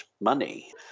money